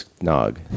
nog